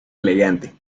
elegante